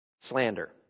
Slander